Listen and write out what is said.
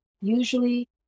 Usually